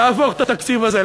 להפוך את התקציב הזה,